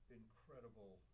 incredible